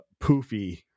poofy